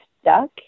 stuck